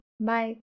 Bye